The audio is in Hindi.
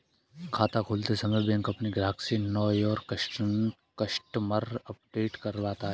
खाता खोलते समय बैंक अपने ग्राहक से नो योर कस्टमर अपडेट करवाता है